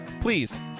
Please